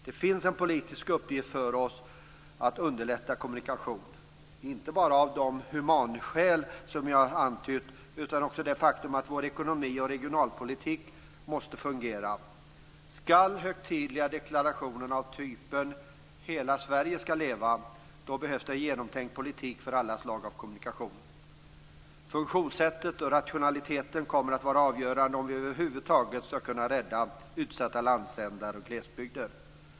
Det finns en politisk uppgift för oss att underlätta kommunikation, inte bara av de humanskäl jag har antytt utan också på grund av det faktum att vår ekonomi måste fungera. Om vi gör högtidliga deklarationer av typen Hela Sverige skall leva behövs det en genomtänkt politik för alla slag av kommunikation. Funktionssättet och rationaliteten kommer att vara avgörande om vi över huvud taget skall kunna rädda utsatta landsändar och glesbygder.